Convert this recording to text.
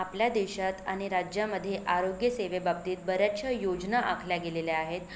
आपल्या देशात आणि राज्यामध्ये आरोग्यसेवेबाबतीत बऱ्याचशा योजना आखल्या गेलेल्या आहेत